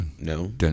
No